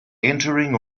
entering